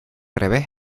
revés